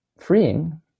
freeing